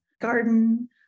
garden